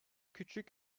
küçük